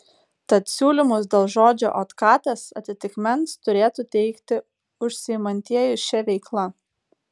tad siūlymus dėl žodžio otkatas atitikmens turėtų teikti užsiimantieji šia veikla